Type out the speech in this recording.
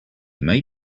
may